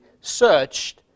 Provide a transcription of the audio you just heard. searched